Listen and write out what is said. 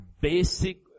basic